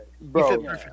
bro